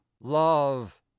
love